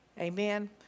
Amen